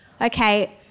okay